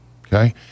okay